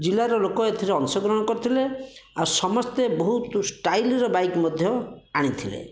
ଜିଲ୍ଲାର ଲୋକ ଏଥିରେ ଅଂଶ ଗ୍ରହଣ କରିଥିଲେ ଆଉ ସମସ୍ତେ ବହୁତ ଷ୍ଟାଇଲର ବାଇକ୍ ମଧ୍ୟ ଆଣିଥିଲେ